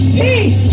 peace